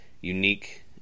unique